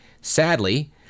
Sadly